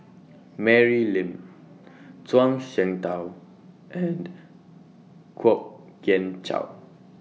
Mary Lim Zhuang Shengtao and Kwok Kian Chow